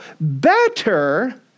better